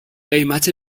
قیمت